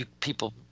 People